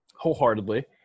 wholeheartedly